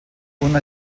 una